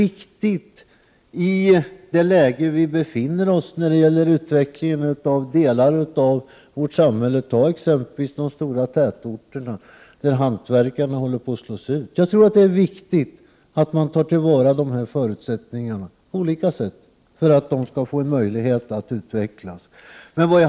I det läge vi befinner oss i när det gäller utvecklingen av delar av vårt samhälle — med exempelvis de stora tätorterna, där hantverkarna håller på att slås ut — tror vi att det är viktigt att man tar till vara dessa förutsättningar på olika sätt för att hantverket skall få en möjlighet att utvecklas.